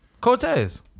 Cortez